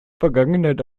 vergangenheit